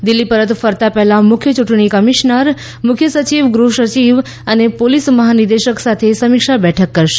દિલ્હી પરત ફરતા પહેલા મુખ્ય ચૂંટણી કમિશનર મુખ્ય સચિવ ગૃહ સચિવ અને પોલીસ મહાનિદેશક સાથે સમીક્ષા બેઠક કરશે